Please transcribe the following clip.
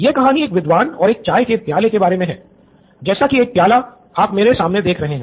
यह कहानी एक विद्वान और एक चाय के प्याली के बारे मे है जैसा की एक प्याला आप मेरे सामने देख रहे हैं